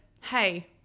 Hey